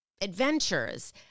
adventures